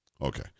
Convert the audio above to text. Okay